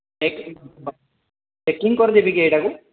packing packing କରିଦେବି କି ଏଇଟାକୁ